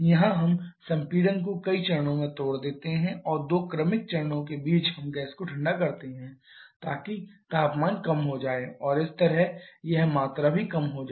यहां हम संपीड़न को कई चरणों में तोड़ते हैं और दो क्रमिक चरणों के बीच हम गैस को ठंडा करते हैं ताकि तापमान कम हो जाए और इस तरह यह मात्रा भी कम हो जाए